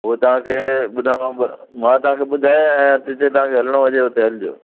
हो तव्हांखे ॿुधायांव थो मां तव्हांखे ॿुधायां ऐं जिते तव्हांखे हलणो हुजे हुते हलजो